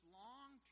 long